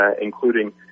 including